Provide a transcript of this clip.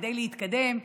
כדי להתקדם,